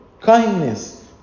kindness